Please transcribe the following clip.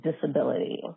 disability